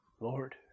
Lord